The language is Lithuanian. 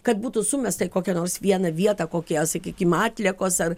kad būtų sumesta į kokią nors vieną vietą kokie sakykim atliekos ar